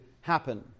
happen